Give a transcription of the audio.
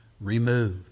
removed